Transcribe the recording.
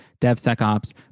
DevSecOps